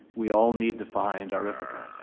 we all need to find our ithaca.